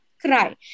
cry